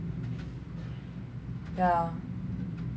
yeah